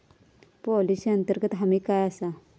Policy अंतर्गत हमी काय आसा?